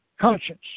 conscience